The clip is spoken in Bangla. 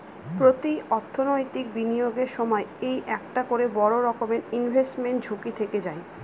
প্রতি অর্থনৈতিক বিনিয়োগের সময় এই একটা করে বড়ো রকমের ইনভেস্টমেন্ট ঝুঁকি থেকে যায়